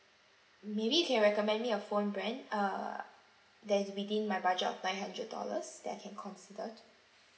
maybe you can recommend me a phone brand err that's within my budget of nine hundred dollars that I can consider to